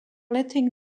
letting